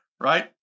Right